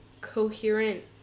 coherent